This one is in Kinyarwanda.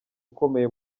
ukomeye